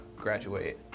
graduate